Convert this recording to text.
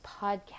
podcast